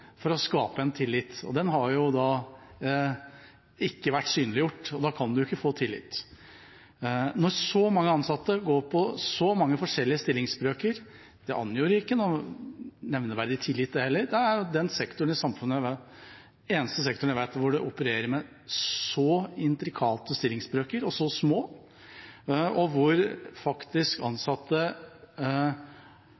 for å skape tillit. Den har ikke vært synliggjort, og da kan en ikke få tillit. Når en har så mange ansatte i så mange forskjellige stillingsbrøker, gir det ikke nevneverdig tillit, det heller. Det er den eneste sektoren i samfunnet jeg vet om som opererer med så intrikate og så små stillingsbrøker, og hvor ansatte faktisk